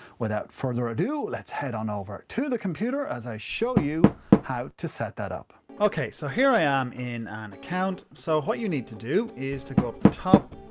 without further ado, let's head on over to the computer, as i show you how to set that up. ok. so here i am in an account. so, what you need to do is to go up to the top,